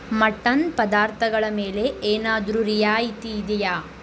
mutton ಪದಾರ್ಥಗಳ ಮೇಲೆ ಏನಾದರೂ ರಿಯಾಯಿತಿ ಇದೆಯಾ